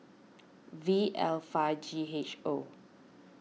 V L five G H O